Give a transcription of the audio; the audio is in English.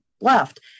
left